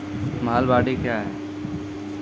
महलबाडी क्या हैं?